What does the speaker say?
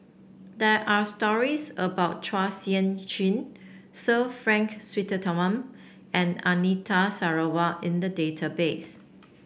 there are stories about Chua Sian Chin Sir Frank Swettenham and Anita Sarawak in the database